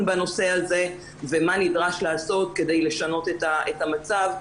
בנושא הזה ומה נדרש לעשות כדי לשנות את המצב.